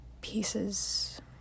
Pieces